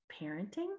parenting